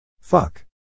Fuck